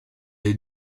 est